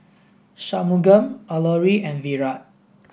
Shunmugam Alluri and Virat